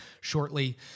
shortly